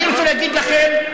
אני רוצה להגיד לכם,